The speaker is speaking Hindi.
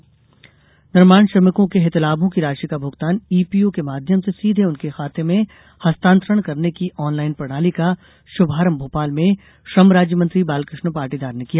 आनलाइन प्रणाली निर्माण श्रमिकों के हितलाभों की राशि का भुगतान ईपीओ के माध्यम से सीधे उनके खाते में हस्तातंरण करने की आनलाइन प्रणाली का शुभारंभ भोपाल में श्रम राज्य मंत्री बालकृष्ण पाटीदार ने किया